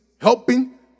Helping